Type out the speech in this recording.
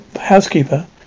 housekeeper